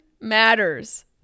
matters